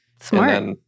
Smart